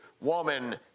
woman